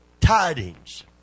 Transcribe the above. tidings